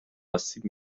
آسیب